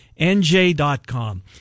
NJ.com